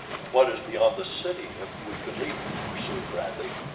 and what is beyond the city, if we could leave it? pursued bradley.